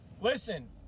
listen